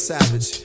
Savage